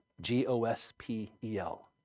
G-O-S-P-E-L